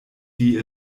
die